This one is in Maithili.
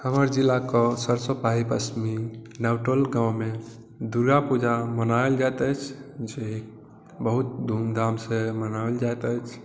हमर जिलाके सरसो पाही पश्चमी नव टोल गाँवमे दुर्गा पूजा मनायल जाइत अछि जे बहुत धूम धामसँ मनावल जाइत अछि